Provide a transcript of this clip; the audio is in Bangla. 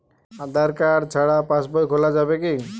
আধার কার্ড ছাড়া পাশবই খোলা যাবে কি?